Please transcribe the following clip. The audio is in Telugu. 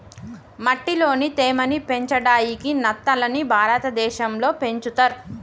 మట్టిలోని తేమ ని పెంచడాయికి నత్తలని భారతదేశం లో పెంచుతర్